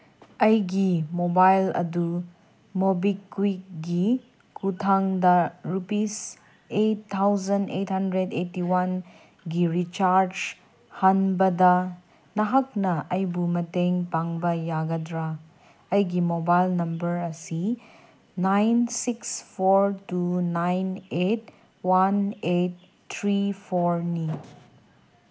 ꯑꯩꯒꯤ ꯃꯣꯕꯥꯏꯜ ꯑꯗꯨ ꯃꯣꯕꯤꯀ꯭ꯋꯤꯛꯀꯤ ꯈꯨꯠꯊꯥꯡꯗ rupees eight thousand eight hundred eighty ꯋꯥꯟꯒꯤ ꯔꯤꯆꯥꯔꯖ ꯍꯥꯟꯕꯗ ꯅꯍꯥꯛꯅ ꯑꯩꯕꯨ ꯃꯇꯦꯡ ꯄꯥꯡꯕ ꯌꯥꯒꯗ꯭ꯔꯥ ꯑꯩꯒꯤ ꯃꯣꯕꯥꯏꯜ ꯅꯝꯕꯔ ꯑꯁꯤ nine six four two nine eight one eight three ꯐꯣꯔꯅꯤ